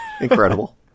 incredible